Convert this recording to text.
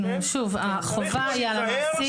החובה היא על המעסיק.